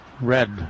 red